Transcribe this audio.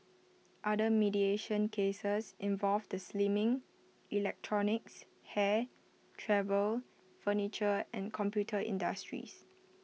other mediation cases involved the slimming electronics hair travel furniture and computer industries